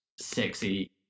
sexy